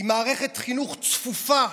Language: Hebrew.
עם מערכת חינוך צפופה,